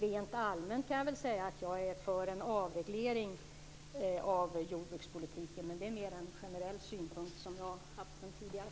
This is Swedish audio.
Rent allmänt är jag för en avreglering av jordbrukspolitiken. Det är en generell synpunkt som jag har sedan tidigare.